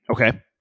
Okay